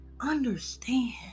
understand